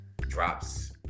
drops